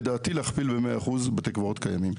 לדעתי להכפיל ב-100% בתי קברות קיימים.